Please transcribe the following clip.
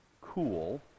cool